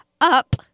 UP